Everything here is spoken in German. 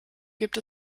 gibt